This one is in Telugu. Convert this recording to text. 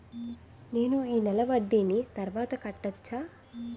నేను ఈ నెల వడ్డీని తర్వాత కట్టచా?